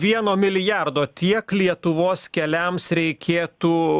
vieno milijardo tiek lietuvos keliams reikėtų